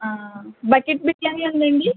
ఆ బక్కెట్ బిర్యానీ ఉందాండి